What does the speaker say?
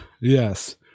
yes